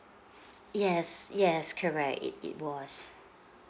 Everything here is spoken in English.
yes yes correct it it was